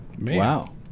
Wow